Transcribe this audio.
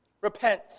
Repent